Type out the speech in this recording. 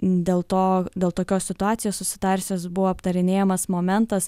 dėl to dėl tokios situacijos susidariusios buvo aptarinėjamas momentas